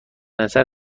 نظر